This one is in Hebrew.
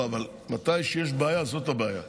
לא, אבל כשיש בעיה זאת הבעיה.